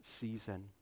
season